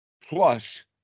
plus